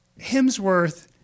Hemsworth